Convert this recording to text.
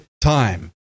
time